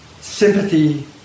sympathy